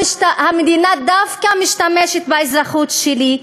המדינה דווקא משתמשת באזרחות שלי,